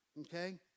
okay